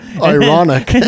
Ironic